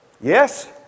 yes